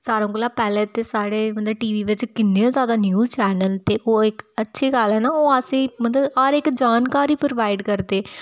सारें कोला पैह्लें ते साह्ड़े मतलब टीवी बिच्च किन्ने ज़्यादा न्यूज़ चैनल ते ओह् इक अच्छे कारण न ओह् असेंगी मतलब हर इक जानकारी प्रोवाइड करदे